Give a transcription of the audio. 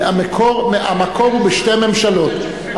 המקום הוא בשתי ממשלות,